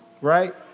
right